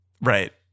Right